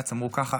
ובבג"ץ אמרו ככה.